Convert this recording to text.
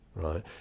Right